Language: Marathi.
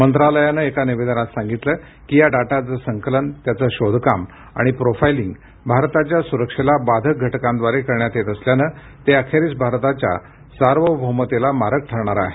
मंत्रालयानं एका निवेदनात सांगितलं की या डाटाचं संकलन त्याचं शोधकाम आणि प्रोफायलिंग भारताच्या सुरक्षेला बाधक घटकांद्वारे करण्यात येत असल्यानं ते अखेरीस भारताच्या सार्वभौमतेला मारक ठरणारं आहे